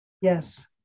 Yes